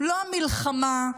לא המלחמה,